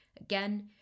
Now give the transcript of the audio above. Again